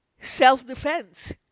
self-defense